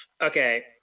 Okay